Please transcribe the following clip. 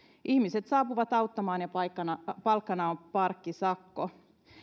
ihmiset saapuvat auttamaan ja palkkana on parkkisakko